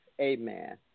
Amen